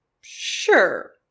sure